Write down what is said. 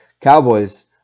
Cowboys